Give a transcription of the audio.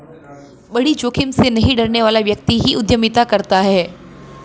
बड़ी जोखिम से नहीं डरने वाला व्यक्ति ही उद्यमिता करता है